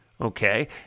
Okay